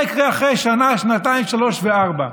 מה יקרה אחרי שנה, שנתיים, שלוש וארבע?